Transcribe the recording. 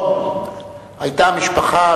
היתה משפחה,